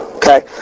Okay